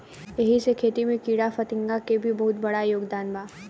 एही से खेती में कीड़ाफतिंगा के भी बहुत बड़ योगदान बा